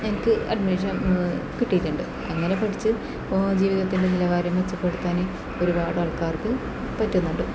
എനിക്ക് അഡ്മിഷൻ കിട്ടിട്ടുണ്ട് അങ്ങനെ പഠിച്ച് ജീവിതത്തിൻ്റെ നിലവാരം മെച്ചപ്പെടുത്താന് ഒരുപാട് ആൾക്കാർക്ക് പറ്റുന്നുണ്ട്